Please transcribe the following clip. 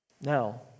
Now